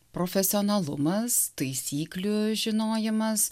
profesionalumas taisyklių žinojimas